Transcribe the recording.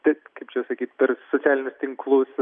taip kaip čia sakyt per socialinius tinklus